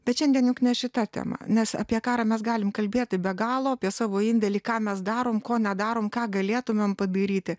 bet šiandien juk ne šita tema nes apie karą mes galim kalbėti be galo apie savo indėlį ką mes darom ko nedarom ką galėtumėm padaryti